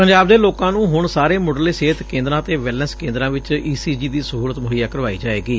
ਪੰਜਾਬ ਦੇ ਲੋਕਾ ਨੂੰ ਹੁਣ ਸਾਰੇ ਮੁੱਢਲੇ ਸਿਹਤ ਕੇਦਰਾਂ ਅਤੇ ਵੈਲਨੈੱਸ ਕੇਦਰਾਂ ਵਿੱਚ ਈਸੀਜੀ ਦੀ ਸਹੁਲਤ ਮੁਹੱਈਆ ਕਰਵਾਈ ਜਾਵੇਗੀ